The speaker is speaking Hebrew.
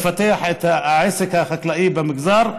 לפתח את העסק החקלאי במגזר,